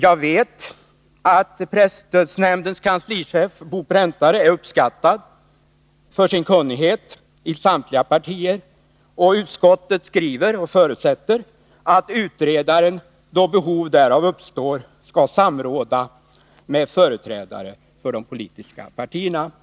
Jag vet att presstödsnämndens kanslichef Bo Präntare i samtliga partier är uppskattad för sin kunnighet. Och utskottet förutsätter att utredaren, då behov därav uppstår, skall samråda med företrädare för de politiska partierna.